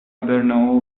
برنئو